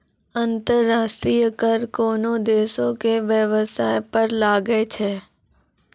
अंतर्राष्ट्रीय कर कोनोह देसो के बेबसाय पर लागै छै